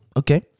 okay